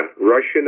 russian